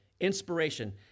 Inspiration